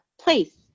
place